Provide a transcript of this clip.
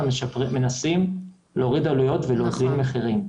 מנסים להוריד עלויות ולהוזיל מחירים.